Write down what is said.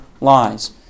lies